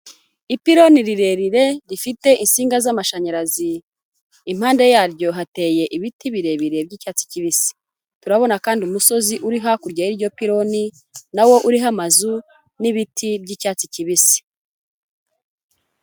Ipironi rirerire rifite insinga z'amashanyarazi, impande yaryo hateye ibiti birebire by'icyatsi kibisi, turabona kandi umusozi uri hakurya y'iryo pironi, na wo uriho amazu n'ibiti by'icyatsi kibisi.